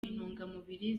intungamubiri